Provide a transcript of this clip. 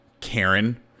Karen